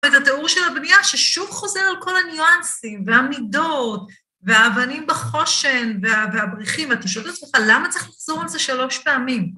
וזה תיאור של הבנייה, ששוב חוזר על כל הניואנסים, והמידות, והאבנים בחושן, והבריחים, אתה שואל את עצמך, למה צריך לחזור על זה שלוש פעמים?